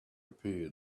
appeared